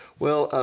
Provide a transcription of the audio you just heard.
well,